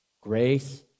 Grace